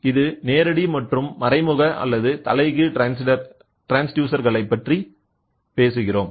இது நேரடி மற்றும் மறைமுக அல்லது தலைகீழ் ட்ரான்ஸ்டியூசர் களைப் பற்றி பேசுகிறது